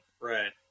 Right